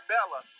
Bella